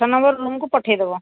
ଛଅ ନମ୍ବର ରୁମ୍କୁ ପଠେଇଦେବ